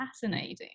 fascinating